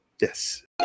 Yes